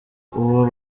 uwo